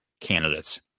candidates